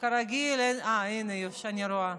כרגיל אין, אה, הינה, אני רואה,